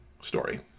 story